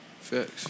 Fix